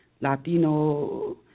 Latino